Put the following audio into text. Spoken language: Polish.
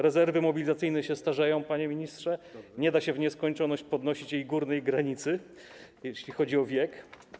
Rezerwy mobilizacyjne się starzeją, panie ministrze, nie da się w nieskończoność podnosić górnej granicy, jeśli chodzi o wiek.